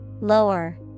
Lower